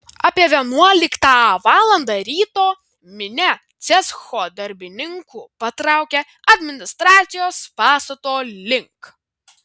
apie vienuoliktą valandą ryto minia cecho darbininkų patraukė administracijos pastato link